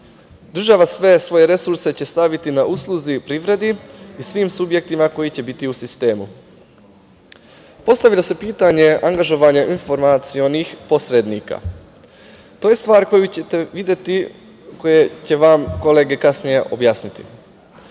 Država sve svoje resurse će staviti na usluzi i privredi i svim subjektima koji će biti u sistemu. Postavlja se pitanje angažovanjem informacionih posrednika, to je stvar koju ćete videti, koje će vam kolege kasnije objasniti,